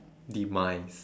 demise